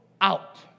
out